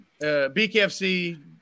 BKFC